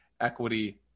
equity